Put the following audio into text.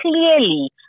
clearly